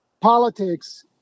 politics